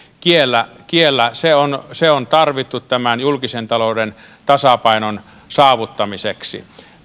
kiellä kiellä se on se on tarvittu tämän julkisen talouden tasapainon saavuttamiseksi